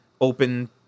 open